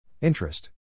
Interest